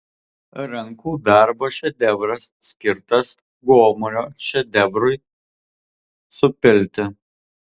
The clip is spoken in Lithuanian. rankų darbo šedevras skirtas gomurio šedevrui supilti